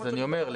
כמו שאתה רואה,